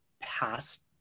past